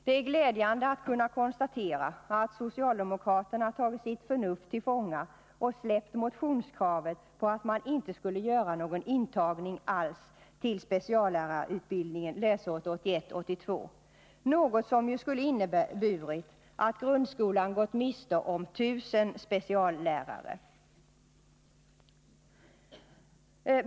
Det är glädjande att kunna konstatera att socialdemokraterna tagit sitt förnuft till fånga och släppt motionskravet på att man inte skulle göra 75 någon intagning alls till speciallärarutbildningen läsåret 1981/82, något som skulle ha inneburit att gymnasieskolan hade gått miste om ca 1000 speciallärare.